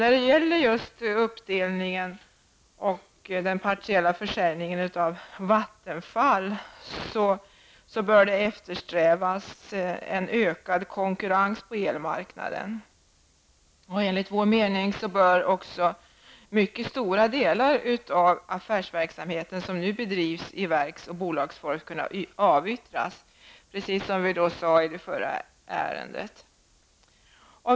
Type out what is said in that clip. När det gäller uppdelningen av och den partiella försäljningen av Vattenfall bör en ökad konkurrens på elmarknaden eftersträvas. Enligt vår mening bör också mycket stora delar av den affärsverksamhet som nu bedrivs i verks och bolagsform kunna avyttras, precis som vi sade i det förra ärendet.